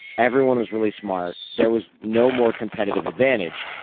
everyone was really smart. there was no more competitive advantage.